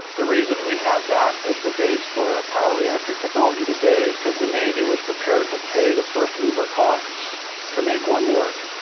the reason we have that as the base for our power reactor technology today is because the navy was prepared to pay the first-mover costs to make one work.